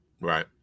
right